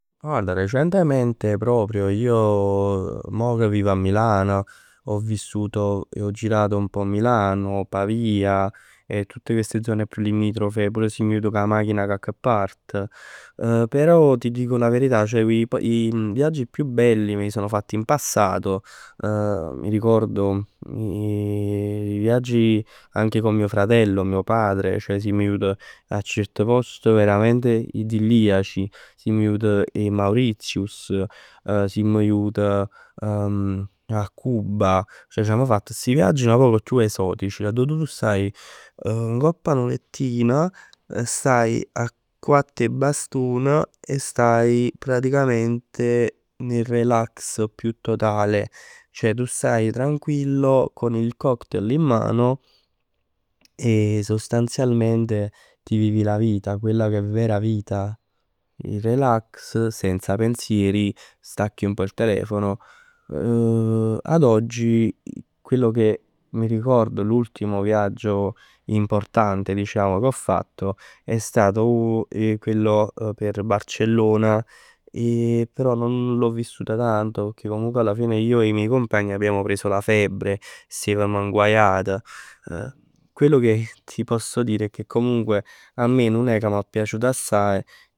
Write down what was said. Ma guarda recentemente proprio io mo che vivo a Milano ho vissuto e ho girato un pò Milano, Pavia e tutt chest zone un pò più limitrofe. Pur simm jut cu 'a machin 'a cocche part. Però ti dico la verità, ceh i i viaggi più belli me li sono fatti in passato. Mi ricordo i viaggi anche con mio fratello, mio padre. Ceh simm jut a ciert post veramente idilliaci. Simm jut 'e Mauritius. Simm jut 'a Cuba. Ceh c'amma fatt sti viagg nu poc esotici. Arò tu t' staje ngopp 'a nu lettin. Stai a quatt 'e bastun e stai praticamente nel relax più totale. Ceh tu stai tranquillo con il cocktail in mano e sostanzialmente ti vivi la vita. Quella che è vera vita. Il relax, senza pensieri, stacchi un pò il telefono. Ad oggi quello che mi ricordo, l'ultimo viaggio importante diciamo che ho fatto, è stato quello per Barcellona e però non l'ho vissuta tanto pecchè comunque alla fine io e i miei compagni abbiamo preso la febbre. Stevem nguaiat. Quello che ti posso dire è che comunque a me non è che è piaciuta assaje.